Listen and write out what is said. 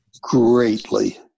greatly